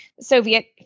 Soviet